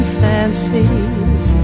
fancies